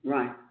Right